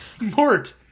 Mort